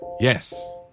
yes